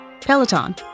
Peloton